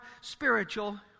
spiritual